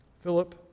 Philip